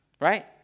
Right